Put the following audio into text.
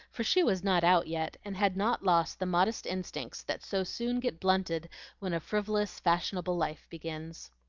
for she was not out yet, and had not lost the modest instincts that so soon get blunted when a frivolous fashionable life begins.